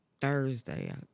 Thursday